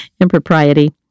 Impropriety